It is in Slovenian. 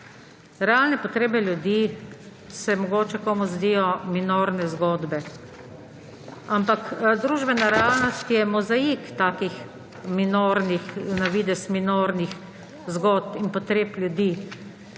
realne potrebe ljudi se mogoče komu zdijo minorne zgodbe, ampak družbena realnost je mozaik takih na videz minornih zgodb in potreb ljudi.